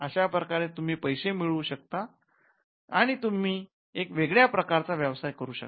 अशाप्रकारे तुम्ही पैसे मिळवू शकता आणि तुम्ही एक वेगळ्या प्रकारचा व्यवसाय करू शकता